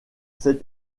ces